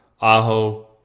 Aho